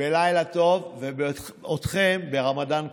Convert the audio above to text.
בלילה טוב, ואתכם, ברמדאן כרים,